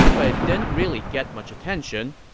but it didn't really get much attention.